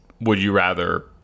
would-you-rather